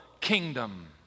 kingdom